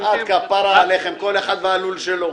כפרה עליכם, כל אחד והלול שלו.